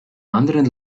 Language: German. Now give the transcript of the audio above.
anderen